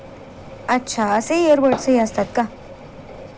अच्छा असे इयरबड्सही असतात का